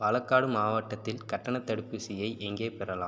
பாலக்காடு மாவட்டத்தில் கட்டணத் தடுப்பூசியை எங்கே பெறலாம்